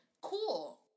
Cool